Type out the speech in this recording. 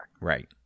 Right